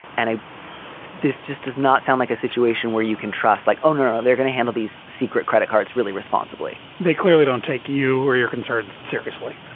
and ah this just does not sound like a situation where you can trust like owner. they're going to handle these secret credit cards really responsibly they clearly don't take you or your concerns seriously.